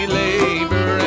labor